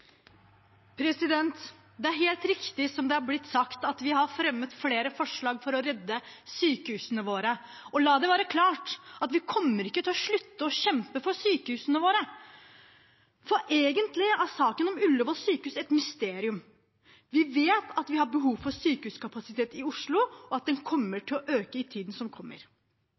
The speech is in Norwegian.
blitt sagt, at vi har fremmet flere forslag for å redde sykehusene våre. Og la det være klart: Vi kommer ikke til å slutte å kjempe for sykehusene våre. For egentlig er saken om Ullevål sykehus et mysterium. Vi vet at vi har behov for sykehuskapasitet i Oslo, og at den kommer til å øke i tiden som kommer.